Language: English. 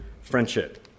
friendship